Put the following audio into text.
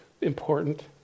important